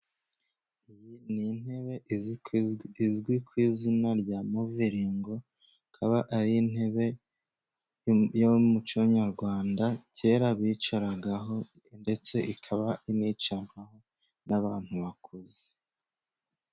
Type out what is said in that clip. Iyi ni intebe izwi ku izina rya moviringu, ikaba ari intebe y'umuco nyarwanda kera bicaragaho, ndetse ikaba inicarwaho n'abantu bakuze.